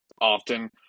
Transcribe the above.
often